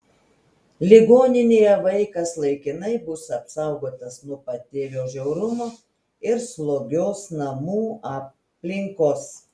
ligoninėje vaikas laikinai bus apsaugotas nuo patėvio žiaurumo ir slogios namų aplinkos